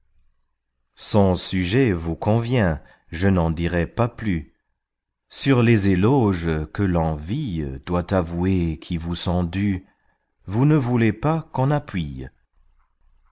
son sujet vous convient je n'en dirai pas plus sur les éloges que l'envie doit avouer qui vous sont dus vous ne voulez pas qu'on appuie